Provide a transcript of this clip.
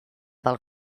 del